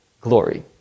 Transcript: glory